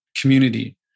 community